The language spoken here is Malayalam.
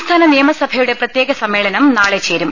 സംസ്ഥാന നിയമസഭയുടെ പ്രത്യേക സമ്മേളനം നാളെ ചേരും